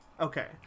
okay